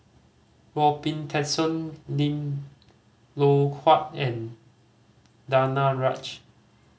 Robin Tessensohn Lim Loh Huat and Danaraj